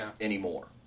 anymore